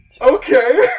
Okay